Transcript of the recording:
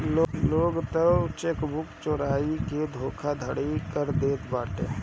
लोग तअ चेकबुक चोराई के धोखाधड़ी कर देत बाटे